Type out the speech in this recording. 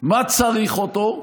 ומה צריך אותו.